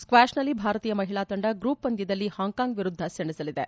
ಸ್ಟ್ವಾಷ್ನಲ್ಲಿ ಭಾರತೀಯ ಮಹಿಳಾ ತಂಡ ಗ್ರೂಪ್ ಪಂದ್ಯದಲ್ಲಿ ಹಾಂಕಾಂಗ್ ವಿರುದ್ಧ ಸೆಣಸಲಿದೆ